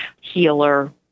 healer